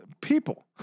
people